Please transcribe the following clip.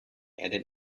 added